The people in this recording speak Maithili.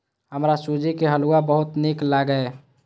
हमरा सूजी के हलुआ बहुत नीक लागैए